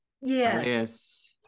yes